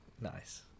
Nice